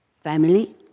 family